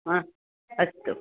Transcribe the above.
हा अस्तु